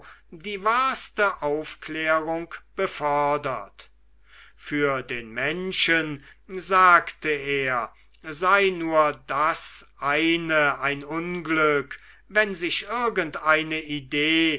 die wahrste aufklärung befördert für den menschen sagte er sei nur das eine ein unglück wenn sich irgendeine idee